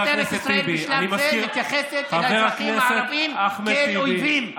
משטרת ישראל בשלב זה מתייחסת לאזרחים הערבים כאל אויבים,